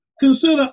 consider